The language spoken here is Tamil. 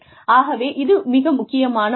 ஆகவே இது மிக முக்கியமான ஒன்று